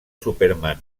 superman